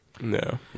No